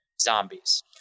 zombies